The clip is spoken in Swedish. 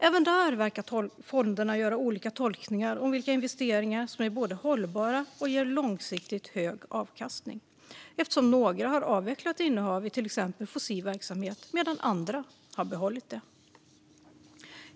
Även här verkar fonderna göra olika tolkningar om vilka investeringar som både är hållbara och ger långsiktigt hög avkastning eftersom några har avvecklat innehav i till exempel fossil verksamhet medan andra har behållit det.